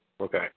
Okay